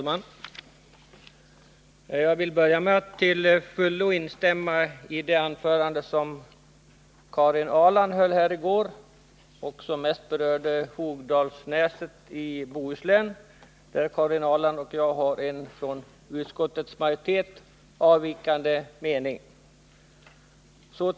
Herr talman! Först vill jag till fullo instämma i det anförande som Karin Ahrland höll här i går och som mest berörde Hogdalsnäset i Bohuslän, där Karin Ahrland och jag har en från utskottets majoritet avvikande mening.